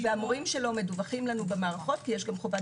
והמורים שלנו מדווחים לנו במערכות יש גם חובת